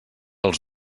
els